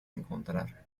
encontrar